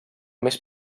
més